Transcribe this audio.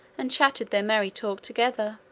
and chatted their merry talk together.